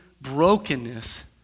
brokenness